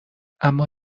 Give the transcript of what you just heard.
اما